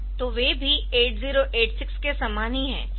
तो वे भी 8086 के समान ही है